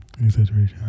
exaggeration